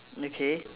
okay